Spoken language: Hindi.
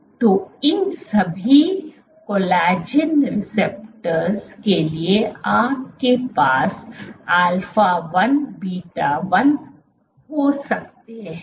तो इन सभी कोलेजन रिसेप्टर्स के लिए आपके पास अल्फा 1 बीटा 1 हो सकते हैं